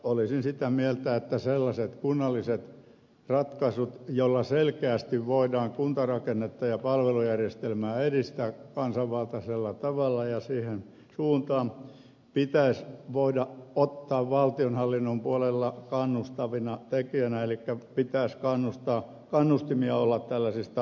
olisin sitä mieltä että sellaiset kunnalliset ratkaisut joilla selkeästi voidaan kuntarakennetta ja palvelujärjestelmää edistää kansanvaltaisella tavalla ja siihen suuntaan pitäisi voida ottaa valtionhallinnon puolella kannustavina tekijöinä elikkä pitäisi kannustimia olla tällaisissa tapauksissa kunnille